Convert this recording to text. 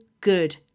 good